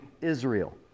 Israel